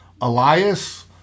Elias